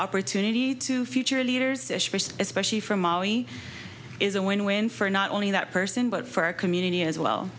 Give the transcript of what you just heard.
opportunity to future leaders especially from maui is a win win for not only that person but for our community as well